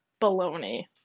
baloney